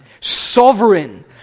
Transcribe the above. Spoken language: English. sovereign